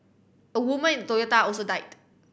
a woman in Toyota also died